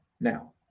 Now